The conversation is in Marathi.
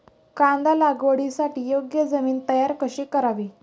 कांदा लागवडीसाठी योग्य जमीन तयार कशी करावी?